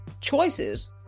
choices